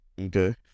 Okay